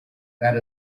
that